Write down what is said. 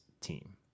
team